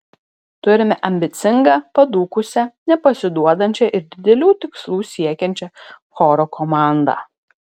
turime ambicingą padūkusią nepasiduodančią ir didelių tikslų siekiančią choro komandą